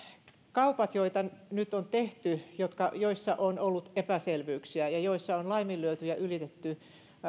osalta joita nyt on tehty joissa on ollut epäselvyyksiä ja joissa on laiminlyöty ja ylitetty